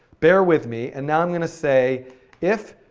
bear with me, and now i'm going to say if,